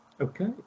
Okay